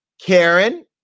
Karen